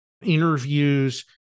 interviews